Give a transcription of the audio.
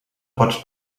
pots